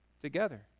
together